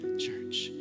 church